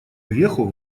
веху